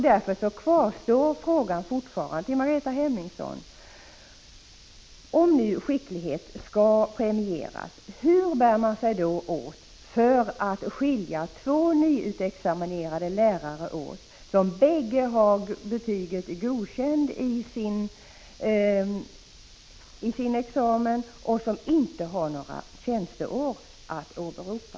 Därför kvarstår frågan fortfarande till Margareta Hemmingsson: Om nu skicklighet skall premieras, hur bär man sig åt för att skilja två nyutexaminerade lärare åt som bägge har betyget Godkänt i sin examen men som inte har tjänsteår att åberopa?